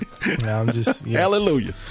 Hallelujah